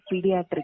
pediatric